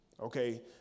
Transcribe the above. Okay